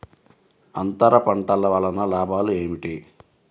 అంతర పంటల వలన లాభాలు ఏమిటి?